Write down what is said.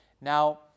Now